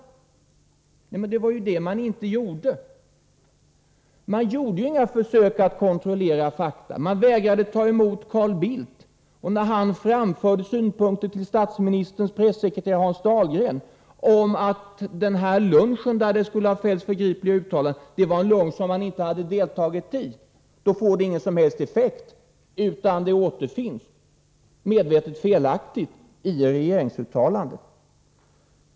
Men det var ju det man inte gjorde! Man vägrade att ta emot Carl Bildt, och när han framhöll för statsministerns pressekreterare Hans Dahlgren att den lunch där det skulle ha fällts förgripliga uttalanden var en lunch som han inte hade deltagit i, då fick det ingen som helst effekt, utan påståendet återfinns, felaktigt, i regeringsuttalandet.